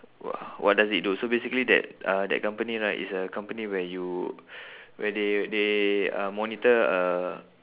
wha~ what does it do so basically that uh that company right it's a company where you where they they uh monitor uh